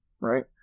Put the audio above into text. right